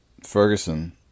Ferguson